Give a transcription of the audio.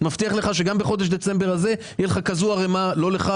אני מבטיח לך שגם בחודש דצמבר הזה תהיה לך ערמה גדולה לא לך,